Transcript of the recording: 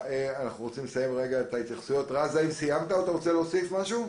סיימת או שאתה רוצה להוסיף משהו?